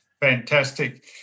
Fantastic